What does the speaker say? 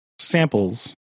samples